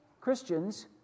Christians